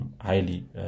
highly